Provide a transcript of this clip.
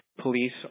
police